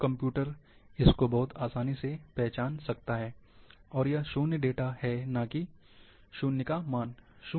अब कंप्यूटर इसको बहुत आसानी से पहचाना सकता है और यह शून्य डेटा है नाकि यह शून्य का मान है